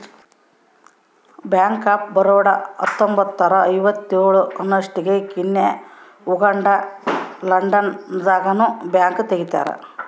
bank of Baroda ಹತ್ತೊಂಬತ್ತ್ನೂರ ಐವತ್ತೇಳ ಅನ್ನೊಸ್ಟಿಗೆ ಕೀನ್ಯಾ ಉಗಾಂಡ ಲಂಡನ್ ದಾಗ ನು ಬ್ಯಾಂಕ್ ತೆಗ್ದಾರ